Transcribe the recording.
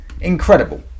incredible